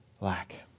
lack